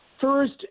first